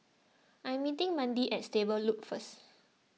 I am meeting Mandie at Stable Loop first